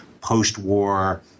post-war